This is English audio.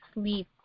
sleep